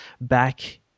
back